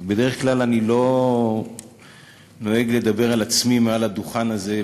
בדרך כלל אני לא נוהג לדבר על עצמי מעל הדוכן הזה,